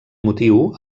motiu